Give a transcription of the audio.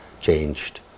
changed